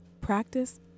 Practice